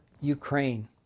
Ukraine